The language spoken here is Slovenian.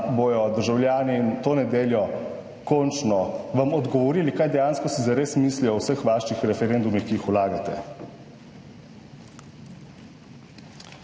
bodo državljani to nedeljo končno odgovorili, kaj dejansko si zares mislijo o vseh vaših referendumih, ki jih vlagate.